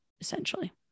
essentially